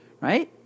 right